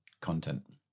content